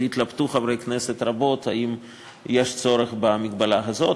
יתלבטו חברי כנסת רבים אם יש צורך בהגבלה הזאת.